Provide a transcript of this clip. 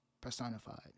personified